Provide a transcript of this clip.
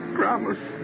promise